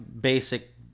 basic